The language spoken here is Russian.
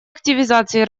активизации